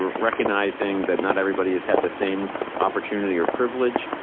recognizing that not everybody has had the same opportunity or privilege.